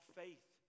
faith